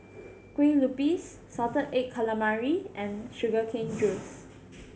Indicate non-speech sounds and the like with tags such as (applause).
(noise) Kueh Lupis salted egg calamari and sugar (noise) cane juice